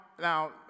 now